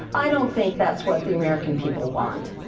i don't think that's what the american people want.